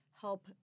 help